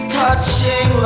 touching